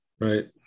right